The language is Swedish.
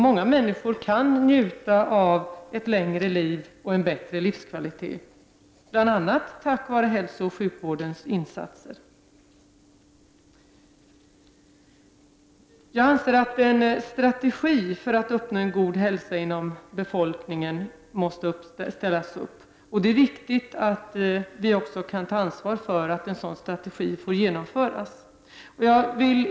Många människor kan njuta av ett längre liv och en bättre livskvalitet, bl.a. tack vare hälsooch sjukvårdens insatser. Jag anser att det måste göras upp en strategi för att man skall kunna uppnå en god hälsa bland befolkningen. Det är viktigt att vi också kan ta ansvar för att en sådan strategi får genomföras.